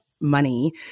money